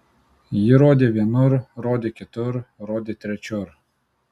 ji rodė vienur rodė kitur rodė trečiur